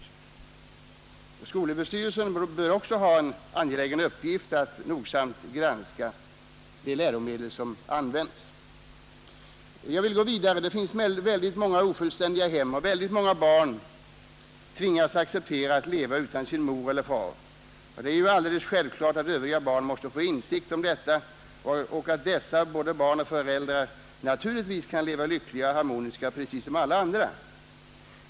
Men skolöverstyrelsen bör också ha som en angelägen uppgift att nogsamt granska de läromedel som används. Jag vill gå vidare. Det finns väldigt många ofullständiga hem, och väldigt många barn tvingas acceptera att leva utan antingen mor eller far. Det är alldeles självklart att övriga barn måste få insikt om detta och om att dessa barn och föräldrar naturligtvis kan leva lyckliga och harmoniska precis som alla andra.